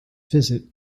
visit